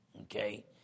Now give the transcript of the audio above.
Okay